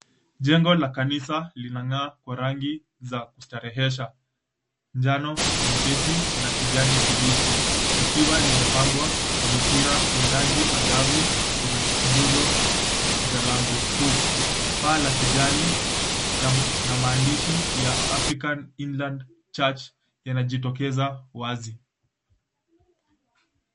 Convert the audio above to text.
Jengo la kanisa linang'aa kwa rangi za kustarehesha, njano nyepesi, na kijanikibichi likiwa limepambwa kwa mipira ya rangi angavu kwenye nguzo za lango kuu, paa la kijani na maandishi ya, African Inland Church yanajitokeza wazi.